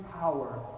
power